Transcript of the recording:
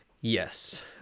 Yes